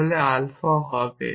তাহলে আলফা হবে